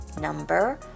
number